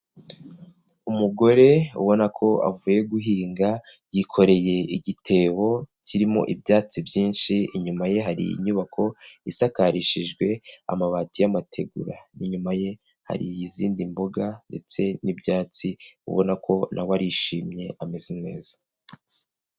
Umugore ubona ko avuye guhinga yikoreye igitebo kirimo ibyatsi byinshi, inyuma ye hari inyubako isakarishijwe amabati y'amategura, n'inyuma ye hari izindi mboga ndetse n'ibyatsi ubona ko nawe arishimye ameze neza.